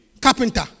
carpenter